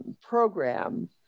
program